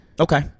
Okay